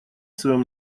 своем